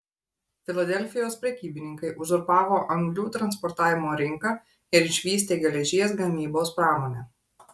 filadelfijos prekybininkai uzurpavo anglių transportavimo rinką ir išvystė geležies gamybos pramonę